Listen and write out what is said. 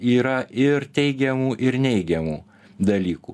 yra ir teigiamų ir neigiamų dalykų